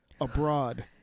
abroad